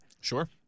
Sure